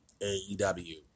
AEW